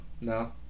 no